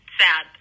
sad